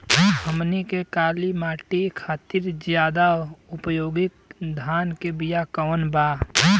हमनी के काली माटी खातिर ज्यादा उपयोगी धान के बिया कवन बा?